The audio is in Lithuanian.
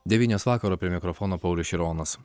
devynios vakaro prie mikrofono paulius šironas